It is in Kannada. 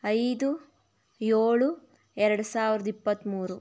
ಐದು ಏಳು ಎರಡು ಸಾವಿರದ ಇಪ್ಪತ್ತ್ಮೂರು